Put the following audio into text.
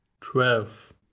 twelve